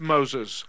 Moses